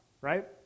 right